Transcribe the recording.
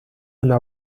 una